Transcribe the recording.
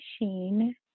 machine